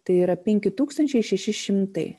tai yra penki tūkstančiai šeši šimtai